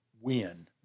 win